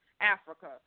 Africa